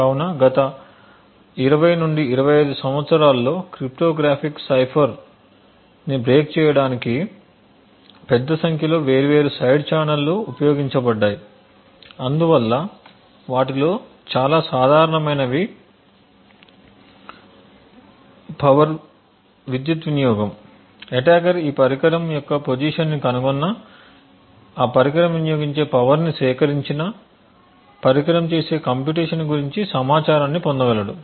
కాబట్టి గత 20 నుండి 25 సంవత్సరాల్లో క్రిప్టోగ్రాఫిక్ సైఫర్ని బ్రేక్ చేయడానికి పెద్ద సంఖ్యలో వేర్వేరు సైడ్ ఛానెల్లు ఉపయోగించబడ్డాయి అందువల్ల వాటిలో చాలా సాధారణమైనవి పవర్వినియోగము అటాకర్ ఈ ప్రత్యేక పరికరం యొక్క పొజిషన్ని కనుగొన్నా ఆ పరికరం వినియోగించే పవర్ ని సేకరించినా పరికరం చేసే కంప్యూటేషన్స్ గురించి సమాచారాన్ని పొందగలడు